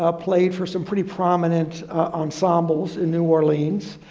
ah played for some pretty prominent ensembles in new orleans,